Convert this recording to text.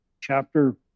chapter